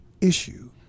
issue